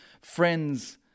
friends